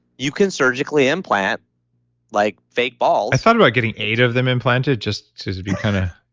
you can surgically implant like fake balls i thought about getting eight of them implanted just to be kind of,